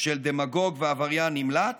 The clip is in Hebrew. של דמגוג ועבריין נמלט